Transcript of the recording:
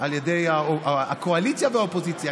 על ידי הקואליציה והאופוזיציה.